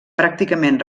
pràcticament